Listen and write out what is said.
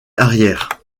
arrière